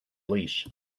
leash